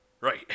Right